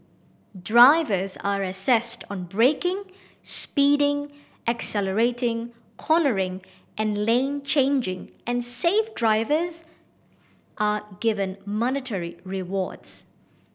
drivers are assessed on braking speeding accelerating cornering and lane changing and safe drivers are given monetary rewards